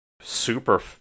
super